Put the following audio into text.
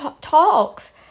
talks